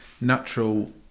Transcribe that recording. natural